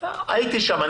הייתי שם.